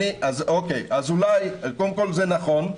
זה נכון,